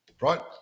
right